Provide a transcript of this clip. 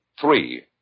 Three